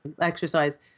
exercise